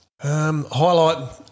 Highlight